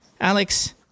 Alex